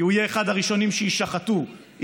כי הוא יהיה אחד הראשונים שיישחטו אם